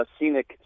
scenic